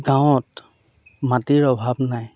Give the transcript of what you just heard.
গাঁৱত মাটিৰ অভাৱ নাই